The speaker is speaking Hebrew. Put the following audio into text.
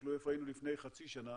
תסתכלו איפה היינו לפני חצי שנה